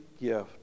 gift